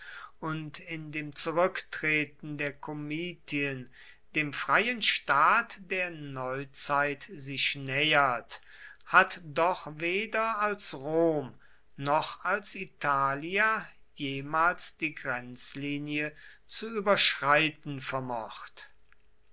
und in dem zurücktreten der komitien dem freien staat der neuzeit sich nähert hat doch weder als rom noch als italia jemals die grenzlinie zu überschreiten vermocht